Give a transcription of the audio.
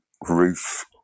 roof